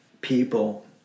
people